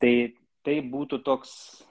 tai tai būtų toks